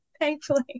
Thankfully